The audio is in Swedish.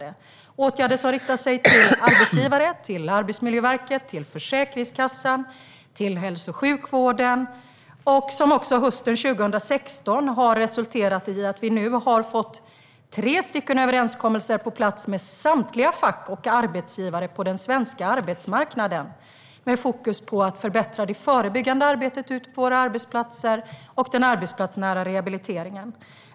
Det är åtgärder som riktar sig till arbetsgivare, Arbetsmiljöverket, Försäkringskassan och hälso och sjukvården och som också hösten 2016 har resulterat i att vi nu har fått tre överenskommelser på plats med samtliga fack och arbetsgivare på den svenska arbetsmarknaden, med fokus på att förbättra det förebyggande arbetet på våra arbetsplatser och den arbetsplatsnära rehabiliteringen.